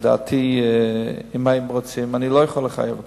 לדעתי אם הם רוצים, אני לא יכול לחייב אותם.